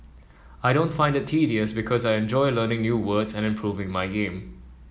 I don't find it tedious because I enjoy learning new words and improving my game